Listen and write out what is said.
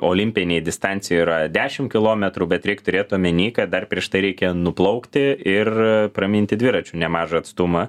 olimpinėj distancijoj yra dešim kilometrų bet reik turėt omeny kad dar prieš tai reikia nuplaukti ir praminti dviračiu nemažą atstumą